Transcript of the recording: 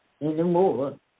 anymore